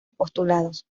postulados